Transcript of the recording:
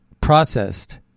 processed